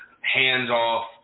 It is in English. hands-off